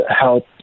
help